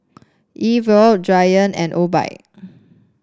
E TWOW Giant and Obike